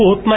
ह होत नाही